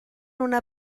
una